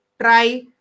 try